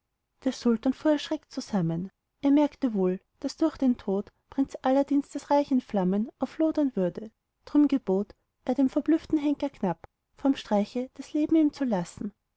der sultan fuhr erschreckt zusammen er merkte wohl daß durch den tod prinz aladdins das reich in flammen auflodern würde drum gebot er dem verblüfften henker knapp vorm streich das leben ihm zu lassen